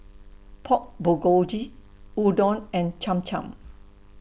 Pork Bulgogi Udon and Cham Cham